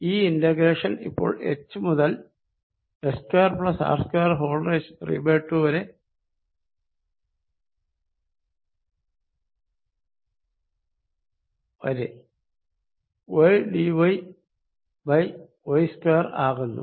ഈ ഇന്റഗ്രേഷൻ ഇപ്പോൾ h മുതൽ h2R212 വരെ ydyy3 ആകുന്നു